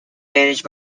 managed